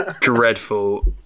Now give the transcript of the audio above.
Dreadful